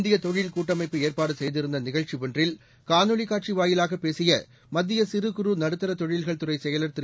இந்திய தொழில் கூட்டமைப்பு ஏற்பாடு செய்திருந்த நிகழ்ச்சி ஒன்றில் காணொலிக் காட்சி வாயிலாக பேசிய மத்திய சிறு குறு நடுத்தர தொழில்கள் துறைச் செயலர் திரு